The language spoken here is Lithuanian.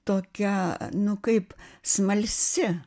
tokia nu kaip smalsi